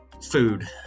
food